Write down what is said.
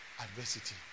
adversity